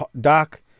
Doc